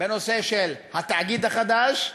בנושא של התאגיד החדש,